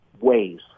ways